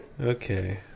Okay